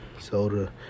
soda